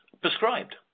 prescribed